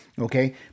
okay